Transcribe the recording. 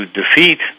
defeat